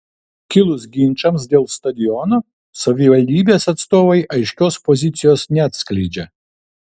kilus ginčams dėl stadiono savivaldybės atstovai aiškios pozicijos neatskleidžia